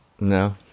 no